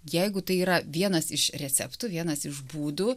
jeigu tai yra vienas iš receptų vienas iš būdų